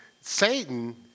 Satan